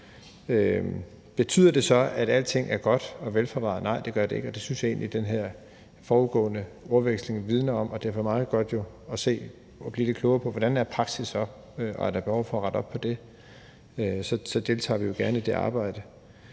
Betyder det så, at alting er godt og velforvaret? Nej, det gør det ikke, og det synes jeg egentlig at den forudgående ordveksling vidner om, og også om at det vil være meget godt at blive lidt klogere på, hvordan praksis er. Er der behov for at rette op på det, deltager vi gerne i det arbejde.